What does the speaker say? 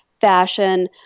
fashion